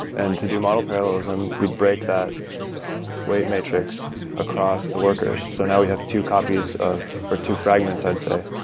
and to do model parallelism, we'd break that weight matrix across the workers, so now we have two copies, or or two fragments, i'd say,